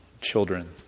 children